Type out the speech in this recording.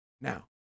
Now